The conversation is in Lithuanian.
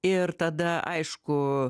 ir tada aišku